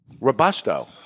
Robusto